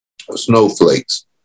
snowflakes